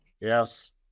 Yes